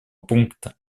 пункта